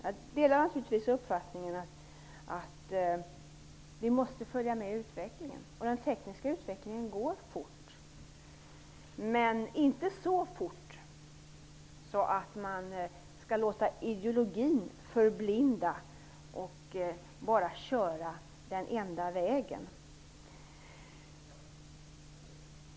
Jag delar naturligtvis uppfattningen att vi måste följa med i utvecklingen, och den tekniska utvecklingen går fort, men man skall inte låta sig förblindas av en ideologi och bara köra fram på den enda vägen.